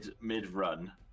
mid-run